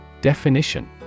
Definition